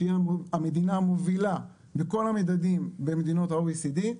שהיא המדינה המובילה בכל המדדים במדינות ה-OECD,